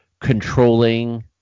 controlling